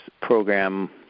program